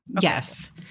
Yes